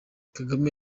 kagame